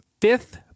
fifth